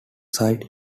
side